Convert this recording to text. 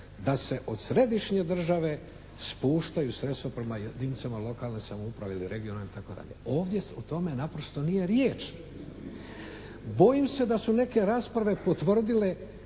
da se od središnje države spuštaju sredstva prema jedinica lokalne samouprave ili regionalne itd. Ovdje se naprosto o tome nije riječ. Bojim se da su neke rasprave potvrdile